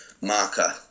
marker